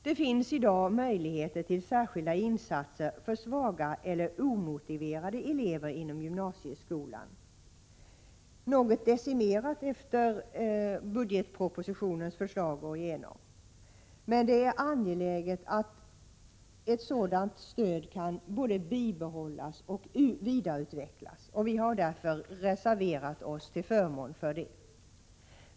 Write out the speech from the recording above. Det finns i dag möjligheter till särskilda insatser för svaga eller omotiverade elever inom gymnasieskolan — visserligen något decimerade sedan budgetpropositionens förslag gått igenom. Det är angeläget att detta stöd både kan bibehållas och vidareutvecklas. Vi har därför reserverat oss till förmån för det.